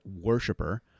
worshiper